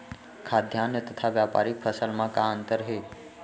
खाद्यान्न तथा व्यापारिक फसल मा का अंतर हे?